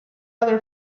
other